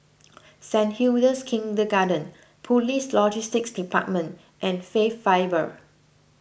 Saint Hilda's Kindergarten Police Logistics Department and Faith Bible